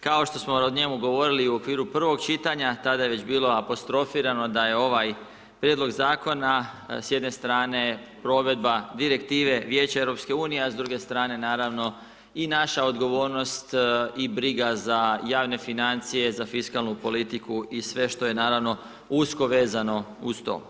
Kao što smo o njemu govorili i u okviru prvog čitanja, tada je već bilo apostrofirano, da je ovaj prijedlog zakona s jedne strane provedba direktive Vijeće EU, a s druge strane naravno i naša odgovornost i briga za javne financije za fiskalnu politiku i sve što je naravno usko vezano uz to.